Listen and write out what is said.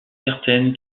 certaine